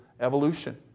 evolution